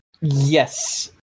Yes